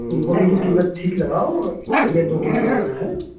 گوبھی کی قیمت ٹھیک لگاؤ یہ دو کے جی لینا ہے